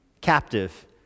captive